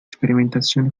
sperimentazione